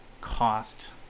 cost